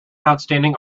outstanding